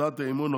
הצעת האי-אמון,